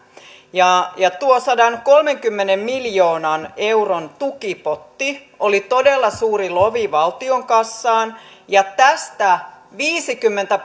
tuo sadankolmenkymmenen miljoonan euron tukipotti oli todella suuri lovi valtion kassaan ja tästä viisikymmentä